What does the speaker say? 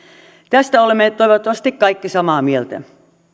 tästä olemme toivottavasti kaikki samaa mieltä